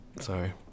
Sorry